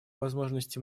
возможности